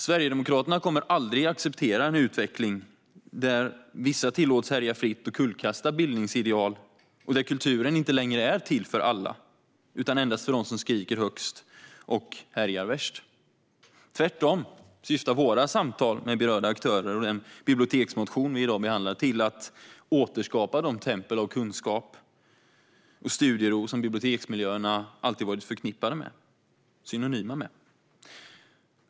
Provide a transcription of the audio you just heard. Sverigedemokraterna kommer aldrig att acceptera en utveckling där vissa tillåts härja fritt och kullkasta bildningsideal och där kulturen inte längre är till för alla utan endast för dem som skriker högst och härjar värst. Därför syftar våra samtal med berörda aktörer och den biblioteksmotion vi i dag behandlar till att återskapa de tempel av kunskap och studiero som biblioteksmiljöerna alltid varit synonyma med.